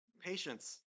Patience